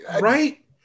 right